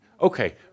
Okay